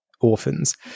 orphans